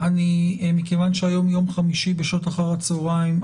אני מכיוון שהיום יום חמישי בשעות אחר הצהריים,